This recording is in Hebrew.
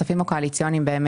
הקואליציוניים.